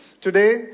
Today